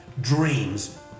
dreams